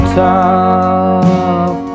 top